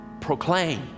proclaim